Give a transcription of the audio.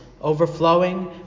overflowing